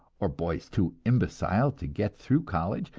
or boys too imbecile to get through college,